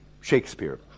Shakespeare